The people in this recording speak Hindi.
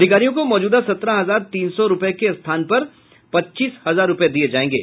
अधिकारियों को मौजूदा सत्रह हजार तीन सौ रूपये के स्थान पर पच्चीस हजार रूपये दिये जायेंगे